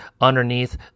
underneath